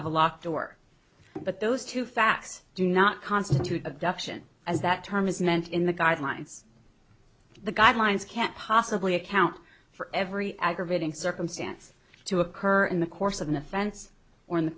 of a locked door but those two facts do not constitute abduction as that term is meant in the guidelines the guidelines can't possibly account for every aggravating circumstance to occur in the course of an offense or in the